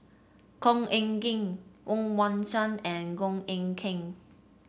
Khor Ean Ghee Woon Wah Siang and Goh Eck Kheng